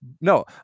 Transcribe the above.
no